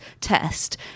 test